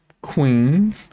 queen